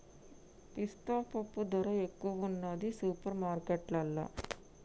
పిస్తా పప్పు ధర ఎక్కువున్నది సూపర్ మార్కెట్లల్లా